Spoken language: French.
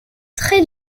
très